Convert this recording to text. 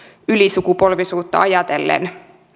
ylisukupolvisuutta ajatellen